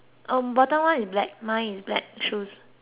black mine is black shoes